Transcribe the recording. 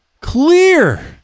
clear